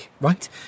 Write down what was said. right